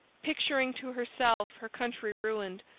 picturing to herself her country ruined,